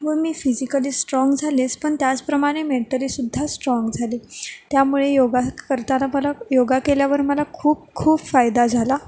व मी physically strong झालेच पण त्याचप्रमाणे मेंटलीसुद्धा स्ट्राँग झाली त्यामुळे योगा करताना मला योगा केल्यावर मला खूप खूप फायदा झाला